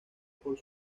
por